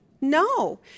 No